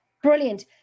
Brilliant